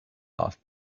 off